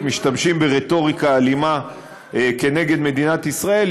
ומשתמשים ברטוריקה אלימה כנגד מדינת ישראל,